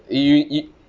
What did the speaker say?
you you y~